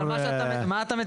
מה אתה מציע?